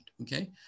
Okay